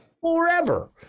forever